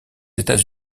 états